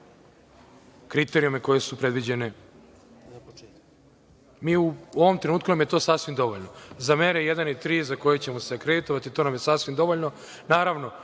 kriterijume koji su predviđeni. U ovom trenutku nam je to sasvim dovoljno. Za mere jedan i tri, za koje ćemo se akreditovati, to nam je sasvim dovoljno.